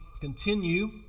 continue